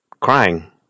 crying